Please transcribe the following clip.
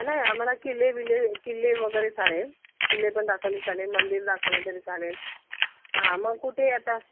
नाही आम्हाला किल्ले बिल्ले किल्ले वगैरे चालेल किल्लेपण दाखवले तर चालेल मंदिर दाखवले तरी चालेल हां मग कुठे आता